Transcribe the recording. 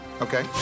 Okay